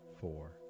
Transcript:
four